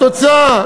התוצאה,